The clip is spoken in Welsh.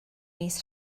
mis